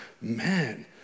man